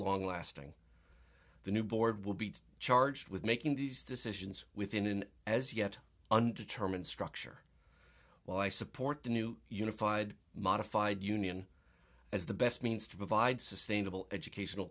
long lasting the new board will be charged with making these decisions within an as yet undetermined structure while i support the new unified modified union as the best means to provide sustainable educational